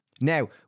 Now